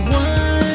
one